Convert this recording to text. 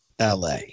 LA